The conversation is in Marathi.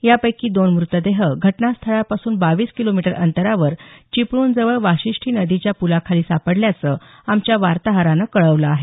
यापैकी दोन मृतदेह घटनास्थळापासून बावीस किलोमीटर अंतरावर चिपळूणजवळ वाशिष्ठी नदीच्या प्लाखाली सापडल्याचं आमच्या वार्ताहरानं कळवलं आहे